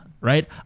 right